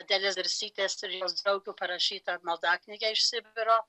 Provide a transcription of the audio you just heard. adelės dirsytės ir jos draugių parašyta maldaknygė iš sibiro